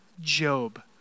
Job